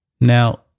Now